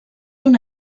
una